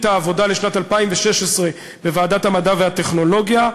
העבודה לשנת 2016 בוועדת המדע והטכנולוגיה,